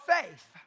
faith